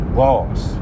boss